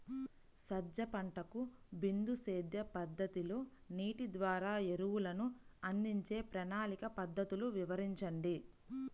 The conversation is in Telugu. సజ్జ పంటకు బిందు సేద్య పద్ధతిలో నీటి ద్వారా ఎరువులను అందించే ప్రణాళిక పద్ధతులు వివరించండి?